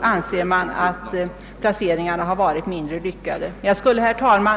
anser att placeringarna inte varit lyckade. Herr talman!